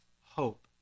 hope